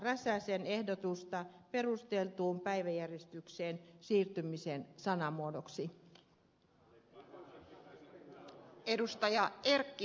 räsäsen ehdotusta perusteltuun päiväjärjestykseen siirtymisen sanamuodoksi